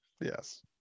Yes